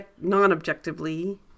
non-objectively